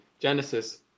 Genesis